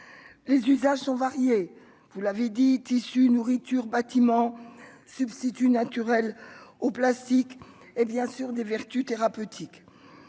les usages sont variés, vous l'avez dit tissu nourriture bâtiment substitut naturel au plastique et bien sûr des vertus thérapeutiques